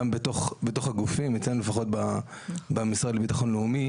גם בתוך הגופים אצלנו לפחות במשרד לביטחון לאומי